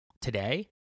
today